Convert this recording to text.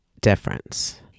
difference